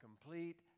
complete